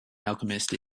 alchemist